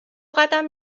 قدم